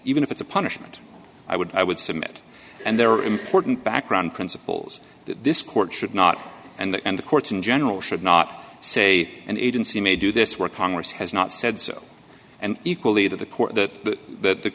even if it's a punishment i would i would submit and there are important background principles this court should not and that and the courts in general should not say an agency may do this work congress has not said so and equally to the court that th